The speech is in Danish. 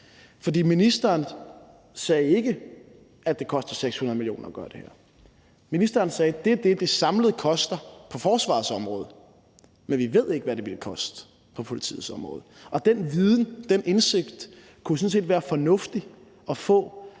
dag. Ministeren sagde ikke, at det koster 600 mio. kr. at gøre det her. Ministeren sagde, at det er det, det samlet koster på forsvarsområdet, men vi ved ikke, hvad det ville koste på politiets område, og den viden og den indsigt kunne det sådan set være fornuftigt at få